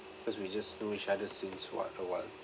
because we just know each other since quite awhile